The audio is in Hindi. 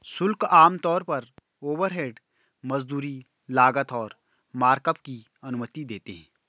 शुल्क आमतौर पर ओवरहेड, मजदूरी, लागत और मार्कअप की अनुमति देते हैं